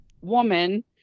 woman